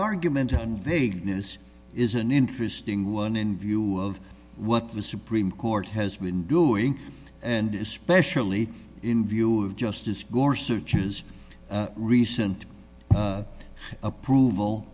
argument and vagueness is an interesting one in view of what the supreme court has been doing and especially in view of justice gore searches recent approval